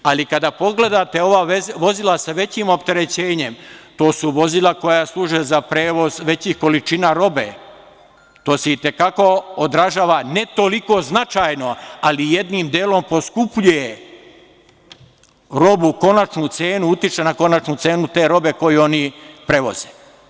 Ali, kada pogledate ova vozila sa većim opterećenjem, to su vozila koja služe za prevoz većih količina robe, to se i te kako odražava, ne toliko značajno, ali jednim delom poskupljuje robu, konačnu cenu, utiče na konačnu cenu te robe koju oni prevoze.